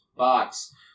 box